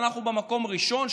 אנחנו במקום הראשון,